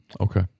Okay